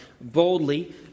boldly